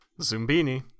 Zumbini